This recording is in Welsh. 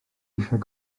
eisiau